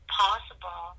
possible